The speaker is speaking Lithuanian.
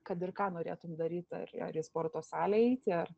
kad ir ką norėtum daryt ar ar į sporto salę eiti ar